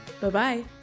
Bye-bye